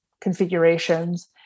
configurations